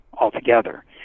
altogether